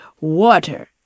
water